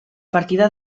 partida